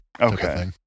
Okay